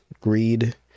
greed